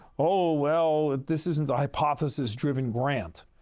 oh, well, this isn't a hypothesis-driven grant.